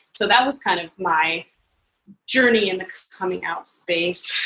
so that was kind of my journey in the coming out space,